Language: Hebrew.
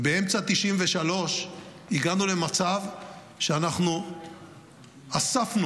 באמצע 1993 הגענו למצב שאנחנו אספנו